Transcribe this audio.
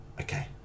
okay